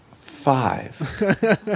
Five